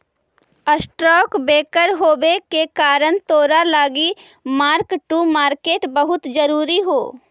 stock broker होबे के कारण तोरा लागी मार्क टू मार्केट बहुत जरूरी हो